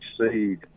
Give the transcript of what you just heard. exceed